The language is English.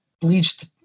bleached